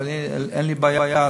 אבל אין לי בעיה,